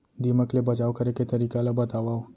दीमक ले बचाव करे के तरीका ला बतावव?